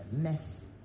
mess